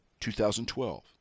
2012